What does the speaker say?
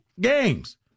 games